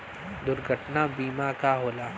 दुर्घटना बीमा का होला?